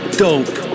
dope